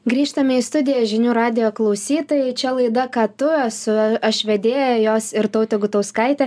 grįžtame į studiją žinių radijo klausytojai čia laida ką tu esu aš vedėja jos irtautė gutauskaitė